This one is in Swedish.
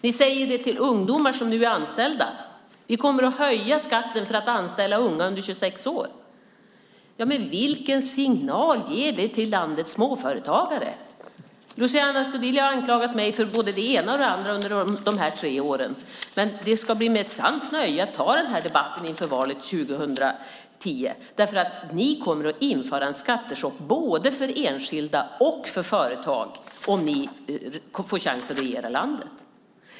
Ni säger till ungdomar som nu är anställda att ni kommer att höja skatten för att anställa unga under 26 år. Vilken signal ger det till landets småföretagare? Luciano Astudillo har anklagat mig för både det ena och det andra under dessa tre år. Men det ska bli mig ett sant nöje att ta denna debatt inför valet 2010 därför att ni kommer att genomföra en skattechock både för enskilda och för företag om ni får chans att regera landet.